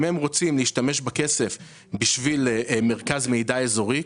אם הם רוצים להשתמש בכסף בשביל מרכז מידע אזורי,